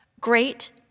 Great